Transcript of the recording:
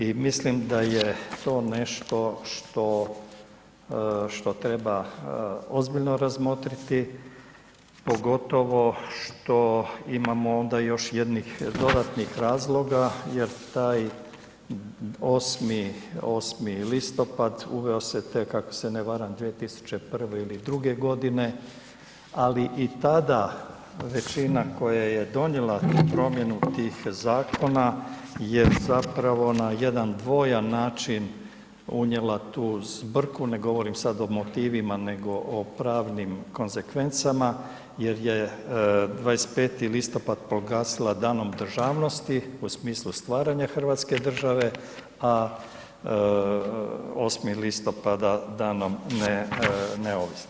I mislim da je to nešto što, što treba ozbiljno razmotriti, pogotovo što imamo onda još jednih dodatnih razlog jer taj 8. listopad uveo se tek ako se ne varam 2001. ili '02. godine ali i tada većina koja je donijela promjenu tih zakona je zapravo na jedan dvojan način unijela tu zbrku, ne govorim sad o motivima nego o pravnim konzekvencama jer je 25. listopad proglasila Danom državnosti u smislu stvaranja Hrvatske države, a 8. listopada Danom neovisnosti.